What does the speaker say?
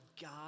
God